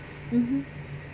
mmhmm